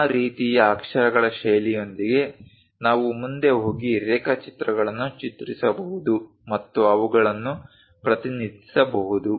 ಆ ರೀತಿಯ ಅಕ್ಷರಗಳ ಶೈಲಿಯೊಂದಿಗೆ ನಾವು ಮುಂದೆ ಹೋಗಿ ರೇಖಾಚಿತ್ರಗಳನ್ನು ಚಿತ್ರಿಸಬಹುದು ಮತ್ತು ಅವುಗಳನ್ನು ಪ್ರತಿನಿಧಿಸಬಹುದು